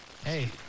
Hey